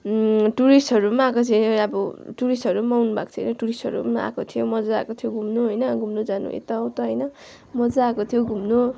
टुरिस्टहरू पनि आएको थियो अब टुरिस्टहरू पनि आउनु भएको थियो टुरिस्टहरू पनि आएको थियो मजा आएको थियो घुम्नु होइन घुम्नु जानु यता उता होइन मजा आएको थियो घुम्नु